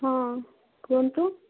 ହଁ କୁହନ୍ତୁ